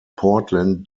portland